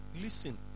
Listen